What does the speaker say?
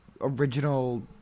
original